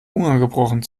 unangebrochen